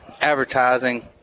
advertising